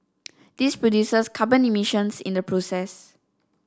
this produces carbon emissions in the process